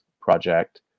Project